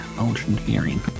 Engineering